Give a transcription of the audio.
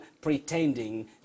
pretending